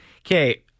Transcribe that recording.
Okay